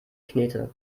knete